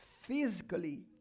physically